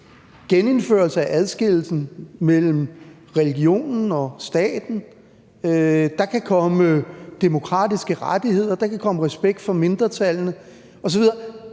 genindførelse af adskillelsen mellem religionen og staten; der kan komme demokratiske rettigheder; der kan komme respekt for mindretallene osv.